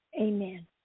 Amen